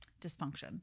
dysfunction